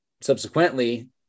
subsequently